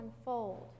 unfold